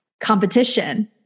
competition